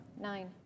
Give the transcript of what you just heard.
Nine